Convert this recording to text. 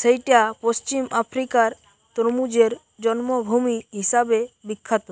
সেইটা পশ্চিম আফ্রিকার তরমুজের জন্মভূমি হিসাবে বিখ্যাত